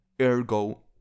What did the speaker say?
ergo